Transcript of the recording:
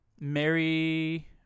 Mary